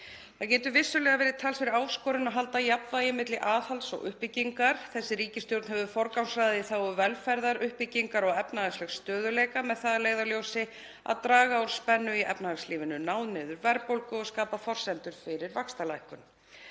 Það getur vissulega verið talsverð áskorun að halda jafnvægi milli aðhalds og uppbyggingar. Þessi ríkisstjórn hefur forgangsraðað í þágu velferðar, uppbyggingar og efnahagslegs stöðugleika með það að leiðarljósi að draga úr spennu í efnahagslífinu, ná niður verðbólgu og skapa forsendur fyrir vaxtalækkun.